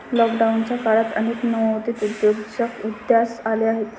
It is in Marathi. लॉकडाऊनच्या काळात अनेक नवोदित उद्योजक उदयास आले आहेत